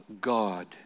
God